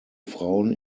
frauen